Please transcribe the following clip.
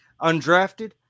undrafted